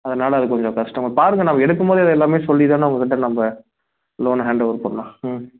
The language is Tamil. அதனால் அது கொஞ்சம் கஷ்டம் பாருங்க நான் எடுக்கும் போதே இது எல்லாமே சொல்லி தானே உங்கக்கிட்டே நம்ம லோன்னை ஹேண்ட் ஓவர் பண்ணிணோம் ம்